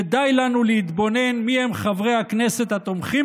שדי לנו להתבונן מי הם חברי הכנסת התומכים